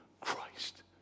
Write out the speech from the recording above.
Christ